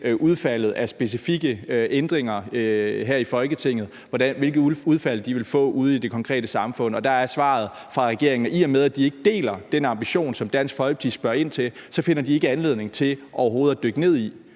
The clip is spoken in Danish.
udfaldet af specifikke ændringer her i Folketinget, altså hvilket udfald de ville få ude i det konkrete samfund, at svaret fra regeringen er, at i og med at de ikke deler den ambition, som Dansk Folkeparti spørger ind til, så finder de ikke anledning til overhovedet at dykke ned i,